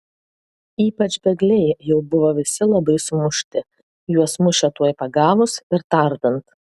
ypač bėgliai jau buvo visi labai sumušti juos mušė tuoj pagavus ir tardant